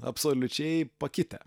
absoliučiai pakitę